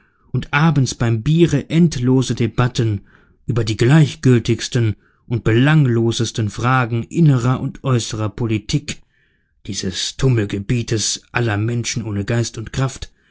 und abends beim biere endlose debatten über die gleichgültigsten und belanglosesten fragen innerer und äußerer politik dieses tummelgebietes aller menschen ohne geist und kraft